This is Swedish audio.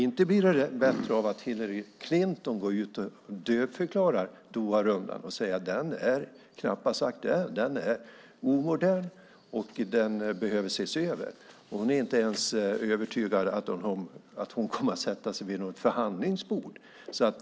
Inte blir det bättre av att Hillary Clinton går ut och dödförklarar Doharundan och säger att den knappast är aktuell, att den är omodern och att den behöver ses över. Hon är inte ens övertygad om att hon kommer att sätta sig vid något förhandlingsbord.